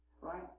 right